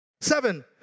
Seven